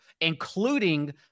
including